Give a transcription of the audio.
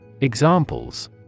Examples